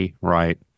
right